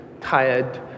tired